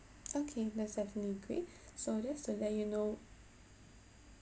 okay that's definitely great so just to let you know